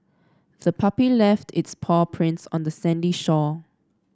the puppy left its paw prints on the sandy shore